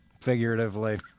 figuratively